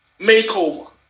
makeover